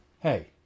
Hey